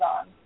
on